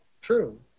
true